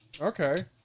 Okay